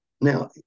Now